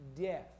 death